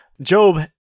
Job